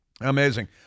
amazing